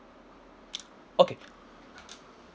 okay